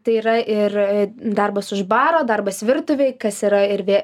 tai yra ir darbas už baro darbas virtuvėj kas yra ir vė